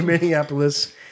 Minneapolis